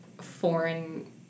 foreign